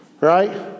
Right